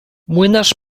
młynarz